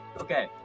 Okay